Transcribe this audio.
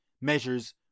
measures